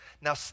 Now